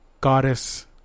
goddess